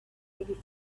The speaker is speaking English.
anything